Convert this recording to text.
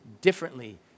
differently